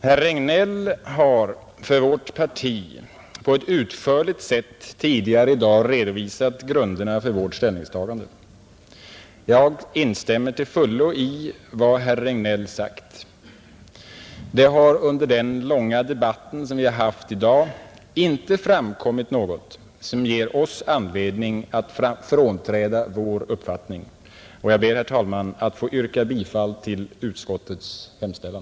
Herr Regnéll har för vårt parti på ett utförligt sätt tidigare i dag redovisat grunderna för vårt ställningstagande. Jag instämmer till fullo i vad herr Regnéll sagt. Det har under den långa debatt som förts i dag inte framkommit något som ger oss anledning att frånträda vår uppfattning. Jag ber, herr talman, att få yrka bifall till utskottets hemställan.